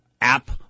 app